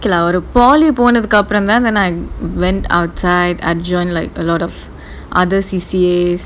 okay lah ஒரு:oru polytechnic போனதுக்கு அப்புறம் தான்:ponathuku appuram thaan I went outside I joined a lot of like other C_C_As